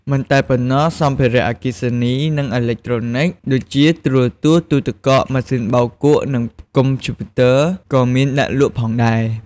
មិនតែប៉ុណ្ណោះ សម្ភារៈអគ្គិសនី និងអេឡិចត្រូនិក ដូចជាទូរទស្សន៍ ទូទឹកកក ម៉ាស៊ីនបោកគក់ និងកុំព្យូទ័រ ក៏មានដាក់លក់ផងដែរ។